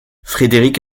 frederik